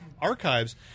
archives